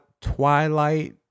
twilight